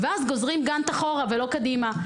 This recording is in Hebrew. ואז גוזרים גאנט אחורה ולא קדימה.